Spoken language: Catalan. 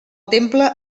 temple